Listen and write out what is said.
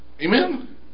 Amen